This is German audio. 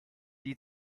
die